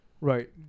Right